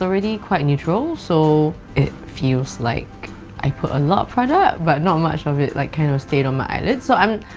already quite neutral? so. it feels like i put a lot of product but not much of it like, kind of of stayed on my eyelid. so i'm.